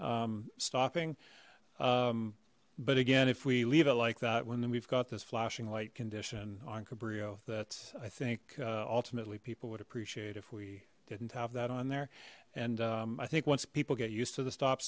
stopping but again if we leave it like that when we've got this flashing light condition on cabrillo that's i think ultimately people would appreciate if we didn't have that on there and i think once people get used to the stop